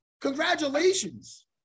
Congratulations